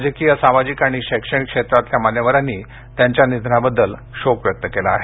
राजकीय सामाजिक आणि शैक्षणिक क्षेत्रातल्या मान्यवरांनी त्यांच्या निधनाबद्दल शोक व्यक्त केला आहे